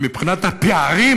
מבחינת הפערים